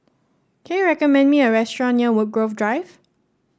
can you recommend me a restaurant near Woodgrove Drive